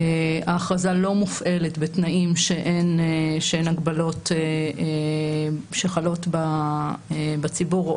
ההכרזה לא מופעלת בתנאים שאין הגבלות שחלות בציבור או